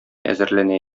әзерләнә